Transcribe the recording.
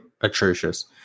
atrocious